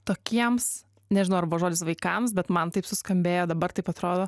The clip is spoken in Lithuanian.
tokiems nežinau arba žodžis vaikams bet man taip suskambėjo dabar taip atrodo